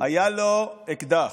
היה לו אקדח.